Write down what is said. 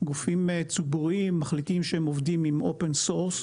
גופים ציבוריים מחליטים שהם עובדים עם open source,